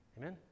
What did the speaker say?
Amen